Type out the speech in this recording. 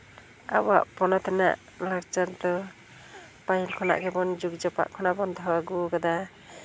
ᱟᱵᱚᱣᱟᱜ ᱯᱚᱱᱚᱛ ᱨᱮᱱᱟᱜ ᱞᱟᱠᱪᱟᱨ ᱫᱚ ᱯᱟᱹᱦᱤᱞ ᱠᱷᱚᱱᱟᱜ ᱜᱮᱵᱚᱱ ᱡᱩᱜᱽ ᱡᱟᱯᱟᱜ ᱠᱷᱚᱱᱟᱜ ᱵᱚᱱ ᱫᱚᱦᱚ ᱟᱹᱜᱩ ᱟᱠᱟᱫᱟ